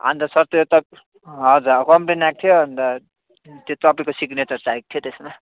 अन्त सर त्यो त हजुर कम्प्लेन आएको थियो अन्त त्यो तपाईँको सिग्नेचर चाहिएको थियो त्यसमा